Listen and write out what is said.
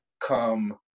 come